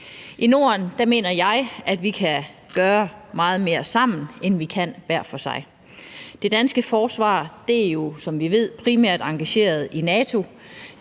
i Norden kan gøre meget mere sammen, end vi kan hver for sig. Det danske forsvar er jo, som vi ved, primært engageret i NATO.